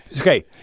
okay